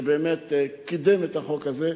שבאמת קידם את החוק הזה.